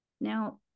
Now